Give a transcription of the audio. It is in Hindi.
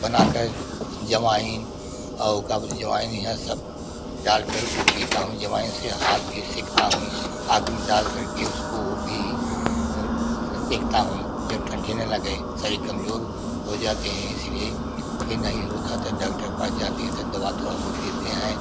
बनाकर अजवाइन और का बोले अजवाइन हियाँ सब डालकर पीता हूँ अजवाइन से हाथ भी सेकता हूँ आग में डालकर के उसको भी सेकता हूँ जो ठंडी ना लगे शरीर कमजोर हो जाते हैं इसलिए फिर नहीं होता तो डाक्टर के पास जाते हैं तो दवा थोड़ा बहुत देते हैं